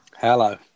Hello